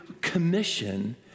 commission